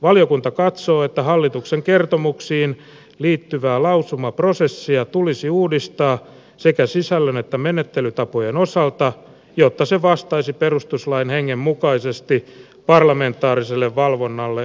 valiokunta katsoo että hallituksen kertomuksiin liittyvää lausumaprosessia tulisi uudistaa sekä sisällön että menettelytapojen osalta jotta se vastaisi perustuslain hengen mukaisesti parlamentaariselle valvonnalle asetettuja vaatimuksia